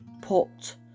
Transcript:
put